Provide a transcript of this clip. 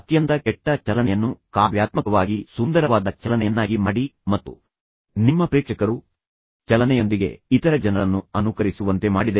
ಅತ್ಯಂತ ಕೆಟ್ಟ ಚಲನೆಯನ್ನು ಕಾವ್ಯಾತ್ಮಕವಾಗಿ ಸುಂದರವಾದ ಚಲನೆಯನ್ನಾಗಿ ಮಾಡಿ ಮತ್ತು ನಿಮ್ಮ ಪ್ರೇಕ್ಷಕರು ಆ ಚಲನೆಯೊಂದಿಗೆ ಇತರ ಜನರನ್ನು ಅನುಕರಿಸುವಂತೆ ಮಾಡಿ